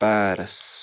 Paris